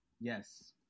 Yes